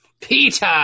Peter